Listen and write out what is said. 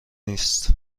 نیست